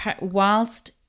whilst